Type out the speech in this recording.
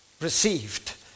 received